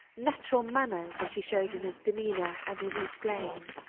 natural manner which he showed in his demeanor and in his playing.